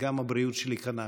וגם הבריאות שלי כנ"ל.